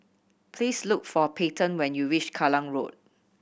please look for Peyton when you reach Kallang Road